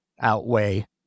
outweigh